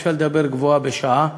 אפשר לדבר גבוהה בשעה,